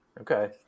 okay